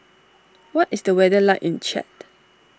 what is the weather like in Chad